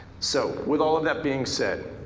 so, with all of that being said,